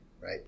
Right